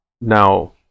Now